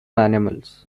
animals